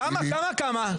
כמה כמה?